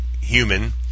human